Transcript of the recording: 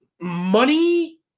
money